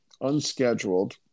unscheduled